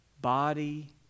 body